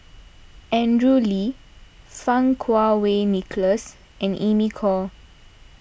Andrew Lee Fang Kuo Wei Nicholas and Amy Khor